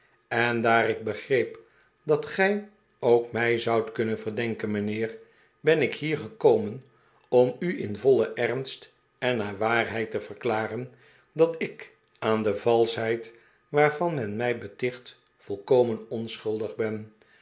en daar ik begreep dat gij ook mij zoudt kunnen verdenken mijnheer ben ik hier gekomen om u in vollen ernst en naar waarheid te verklaren dat ik aan de valschheid waarvan men mij beticht volkomen onschuldig ben